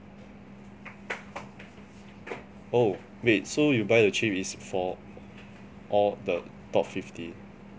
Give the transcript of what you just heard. oh wait so you buy your chips is from all the top fifty